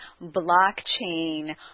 blockchain